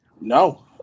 No